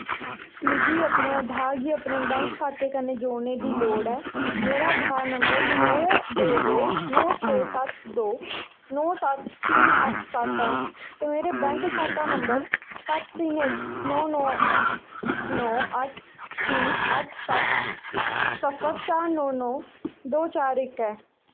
मिगी अपने आधार गी अपने बैंक खाते कन्नै जोड़ने दी लोड़ ऐ मेरा आधार नंबर नौ दो दो नौ छे सत्त दो नौ सत्त तिन्न अट्ठ सत्त ऐ ते मेरा बैंक खाता नंबर सत्त तिन्न इक नौ नौ तिन्न अट्ठ सत्त सिफर चार नौ नौ दो चार इक ऐ